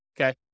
okay